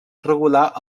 regular